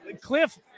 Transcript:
Cliff